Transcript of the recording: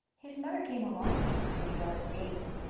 his mother came along with him to the yard gate,